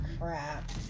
crap